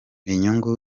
inyungu